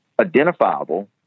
identifiable